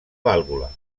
vàlvula